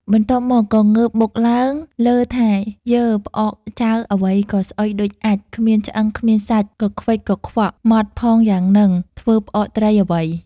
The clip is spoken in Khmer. បន្ទាប់មកក៏ងើបមុខឡើងលើ់ថា“យើ ផ្អកចាវអ្វីក៏ស្អុយដូចអាចម៏ គ្មានឆ្អឹង គ្មានសាច់ កខ្វិចកខ្វក់ ហ្មត់ផងយ៉ាងហ្នឹង ធ្វើផ្អកត្រីអ្វី?។